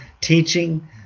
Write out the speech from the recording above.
teaching